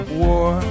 war